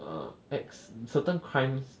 err X certain crimes